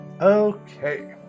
Okay